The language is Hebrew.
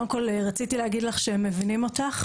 קודם כל, רציתי להגיד לך שמבינים אותך.